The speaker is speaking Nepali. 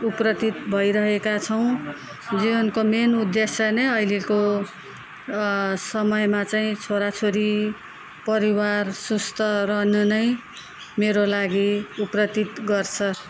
उत्प्रेरित भइरहेका छौँ जीवनको मेन उद्देश्य नै अहिलेको समयमा चाहिँ छोरा छोरी परिवार सुस्त रहनु नै मेरो लागि उत्प्रेरित गर्स